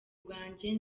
bwanjye